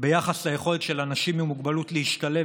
ביחס ליכולת של אנשים עם מוגבלות להשתלב